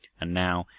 and now,